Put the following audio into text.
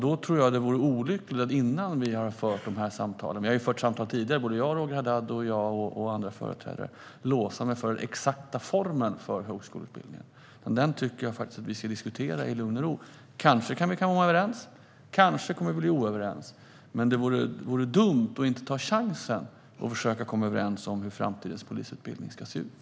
Då tror jag att det vore olyckligt att vi innan vi för dessa samtal - jag har fört samtal tidigare med både Roger Haddad och andra företrädare - låser oss för den exakta formen för högskoleutbildningen. Jag tycker att vi ska diskutera den i lugn och ro. Vi kanske kan komma överens, kanske inte. Men det vore dumt att inte ta chansen att försöka komma överens om hur framtidens polisutbildning ska se ut.